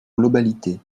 globalité